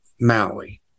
Maui